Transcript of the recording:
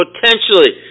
potentially